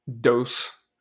dose